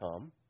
come